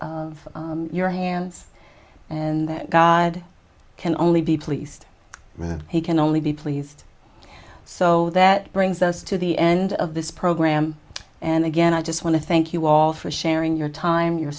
of your hands and that god can only be pleased that he can only be pleased so that brings us to the end of this program and again i just want to thank you all for sharing your time your